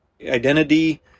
identity